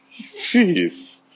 Jeez